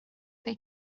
they